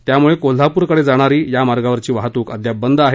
त्यामुळे कोल्हापूरकडे जाणारी या मार्गावरची वाहतूक अद्याप बंद आहे